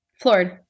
floored